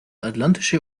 atlantische